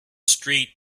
street